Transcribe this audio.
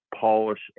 polish